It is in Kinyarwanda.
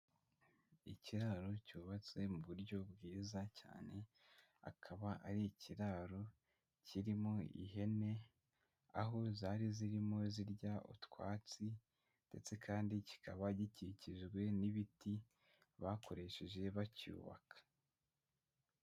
Ikiraro cyubatse mu buryo bwiza cyane, akaba ari ikiraro kirimo ihene, aho zari zirimo zirya utwatsi ndetse kandi kikaba gikikijwe n'ibiti bakoresheje bacyubaka.